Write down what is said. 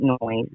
noise